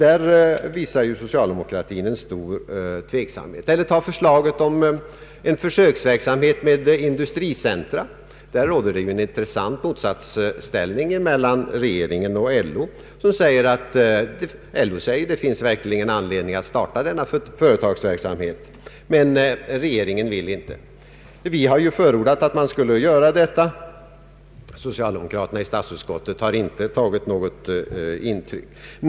Eller vi kan ta upp förslaget om en försöksverksamhet med industricentra. Där råder en intressant motsatsställning mellan regeringen och LO. LO menar att det verkligen finns anledning att starta denna försöksverksamhet, men regeringen vill det inte. Vi har ju förordat detta, men socialdemokraterna i utskottet har inte tagit något intryck.